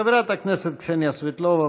חברת הכנסת קסניה סבטלובה,